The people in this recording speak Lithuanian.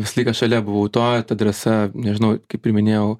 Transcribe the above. visą laiką šalia buvau to ir ta drąsa nežinau kaip ir minėjau